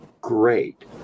great